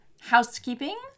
housekeeping